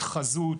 התחזות,